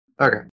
Okay